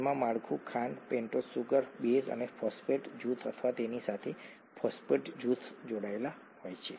તેમાં માળખું ખાંડ પેન્ટોઝ સુગર બેઝ અને ફોસ્ફેટ જૂથ અથવા તેની સાથે ફોસ્ફેટ જૂથો જોડાયેલા હોય છે